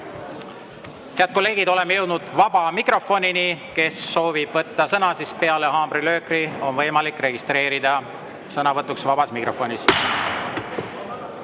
Kolleegid, oleme jõudnud vaba mikrofonini. Kui keegi soovib võtta sõna, siis peale haamrilööki on võimalik registreeruda sõnavõtuks vabas mikrofonis.